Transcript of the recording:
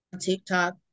TikTok